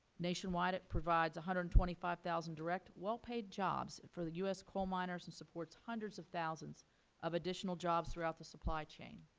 nationwide it provides one hundred and twenty five thousand direct well paid jobs for the u s. coal miners and supports hundreds of thousands of additional jobs throughout the supply chain.